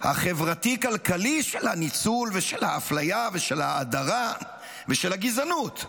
החברתי-כלכלי של הניצול ושל האפליה ושל ההדרה ושל הגזענות,